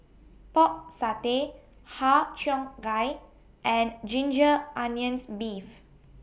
Pork Satay Har Cheong Gai and Ginger Onions Beef